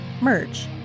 merch